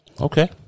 Okay